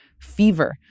fever